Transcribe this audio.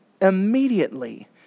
immediately